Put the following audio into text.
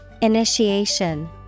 Initiation